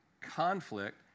conflict